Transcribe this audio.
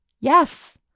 yes